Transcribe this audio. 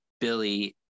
Billy